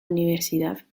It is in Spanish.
universidad